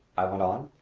i went on,